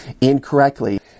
incorrectly